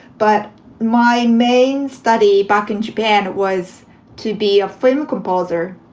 but my main study back in japan was to be a famous composer.